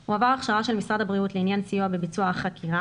הוא עבר הכשרה של משרד הבריאות לעניין סיוע בביצוע החקירה